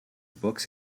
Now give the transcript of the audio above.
books